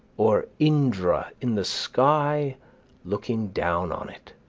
or indra in the sky looking down on it.